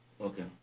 okay